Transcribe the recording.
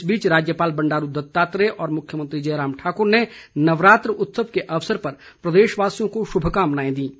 इस बीच राज्यपाल बंडारू दत्तात्रेय और मुख्यमंत्री जयराम ठाकुर ने नवरात्र उत्सव के अवसर पर प्रदेशवासियों को शुभकामनाएं दी हैं